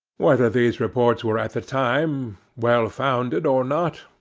whether these reports were at the time well-founded, or not,